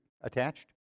attached